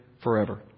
forever